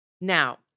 Now